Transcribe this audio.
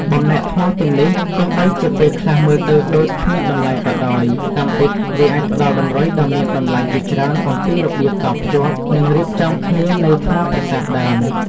បំណែកថ្មទាំងនេះ ទោះបីជាពេលខ្លះមើលទៅដូចគ្មានតម្លៃក៏ដោយ តាមពិតវាអាចផ្ដល់តម្រុយដ៏មានតម្លៃជាច្រើនអំពីរបៀបតភ្ជាប់ និងរៀបចំគ្នានៃថ្មប្រាសាទដើម។